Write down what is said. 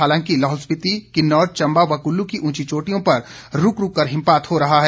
हालांकि लाहौल स्पीति किन्नौर चंबा व कुल्लू की उंची चोटियों पर रूक रूक कर हिमपात हो रहा है